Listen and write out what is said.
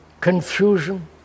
confusion